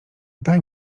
daj